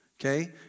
Okay